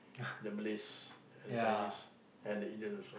the Malays and the Chinese and the Indians also